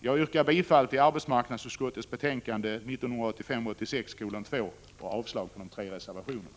Jag yrkar bifall till arbetsmarknadsutskottets hemställan i dess betänkande 1985/86:2 och avslag på de tre reservationerna.